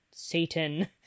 Satan